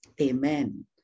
amen